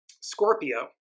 Scorpio